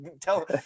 tell